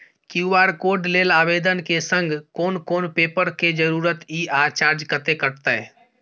QR code लेल आवेदन के संग कोन कोन पेपर के जरूरत इ आ चार्ज कत्ते कटते?